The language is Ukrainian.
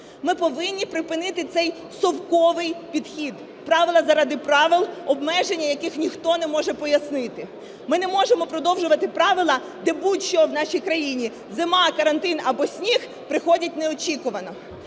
Ми повинні припинити цей "совковий" підхід: правила заради правил, обмеження, яких ніхто не може пояснити. Ми не можемо продовжувати правила, де будь-що в нашій країні, зима, карантин або сніг, приходить неочікувано.